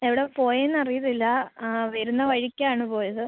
എവിടെ പോയി എന്ന് അറിയത്തില്ല ആ വരുന്ന വഴിക്ക് ആണ് പോയത്